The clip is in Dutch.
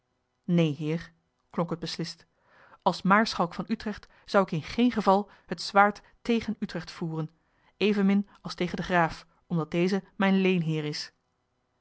neen heer klonk het beslist als maarschalk van utrecht zou ik in geen geval het zwaard tegen utrecht voeren evenmin als tegen den graaf omdat deze mijn leenheer is